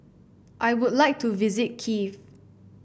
I would like to visit Kiev